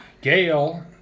Gail